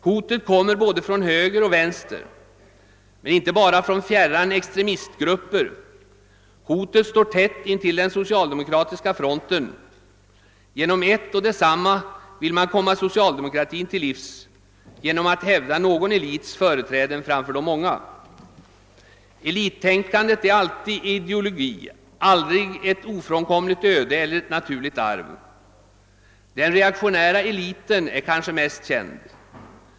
Hotet kommer både från höger och vänster, men inte bara från fjärran extremistgrupper, hotet står tätt intill den socialdemokratiska fronten. Genom ett och detsamma vill man komma socialdemokratin till livs: genom att hävda någon elits företräden framför de många. Elittänkandet är alltid ideologi, aldrig ett ofrånkomligt öde eller ett naturligt arv. Den reaktionära ”eliten” är kanske mest känd.